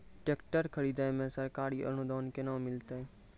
Tractor खरीदै मे सरकारी अनुदान केना मिलतै?